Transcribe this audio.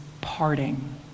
parting